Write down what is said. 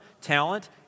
talent